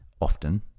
often